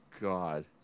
God